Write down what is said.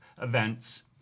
events